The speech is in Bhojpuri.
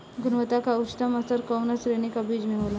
गुणवत्ता क उच्चतम स्तर कउना श्रेणी क बीज मे होला?